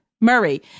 Murray